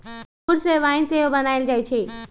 इंगूर से वाइन सेहो बनायल जाइ छइ